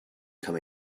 come